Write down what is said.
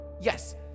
Yes